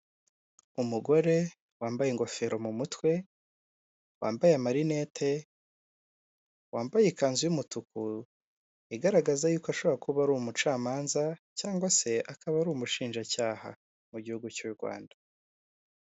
Umugore wambaye ingofero mu mutwe, wambaye amarinete, wambaye ikanzu y'umutuku igaragaza yuko ashobora kuba ari umucamanza cyangwa se akaba ari umushinjacyaha mu gihugu cy'u Rwanda.